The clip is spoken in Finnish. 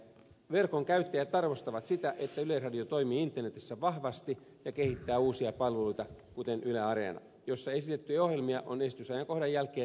verkon käyttäjät arvostavat sitä että yleisradio toimii internetissä vahvasti ja kehittää uusia palveluita kuten yle areenaa jossa esitetyt ohjelmat ovat esitysajankohdan jälkeen monipuolisesti seurattavissa